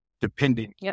depending